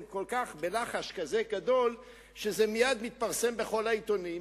בלחש כזה גדול שזה מייד מתפרסם בכל העיתונים,